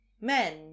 men